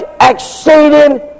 exceeding